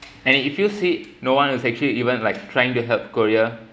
and if you said no one was actually even like trying to help korea